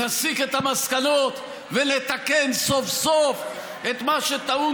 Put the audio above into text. נסיק את המסקנות ונתקן סוף-סוף את מה שטעון